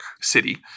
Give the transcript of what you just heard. City